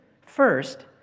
first